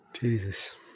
Jesus